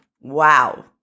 Wow